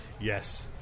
Yes